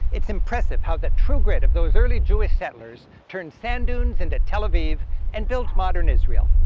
it's impressive how the true grit of those early jewish settlers turned sand dunes into tel aviv and built modern israel.